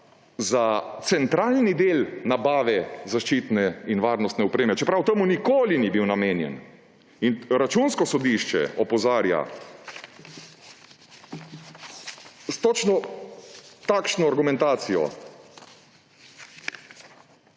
za centralni del nabave zaščitne in varnostne opreme, čeprav temu nikoli ni bil namenjen. In Računsko sodišče opozarja s točno takšno argumentacijo: